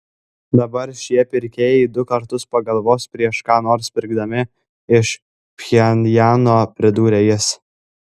dabar šie pirkėjai du kartus pagalvos prieš ką nors pirkdami iš pchenjano pridūrė jis